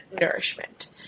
nourishment